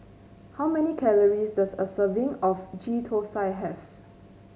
how many calories does a serving of Ghee Thosai have